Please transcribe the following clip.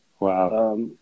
Wow